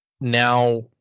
now